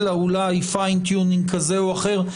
אלא אולי פיין-טיונינג כזה או אחר,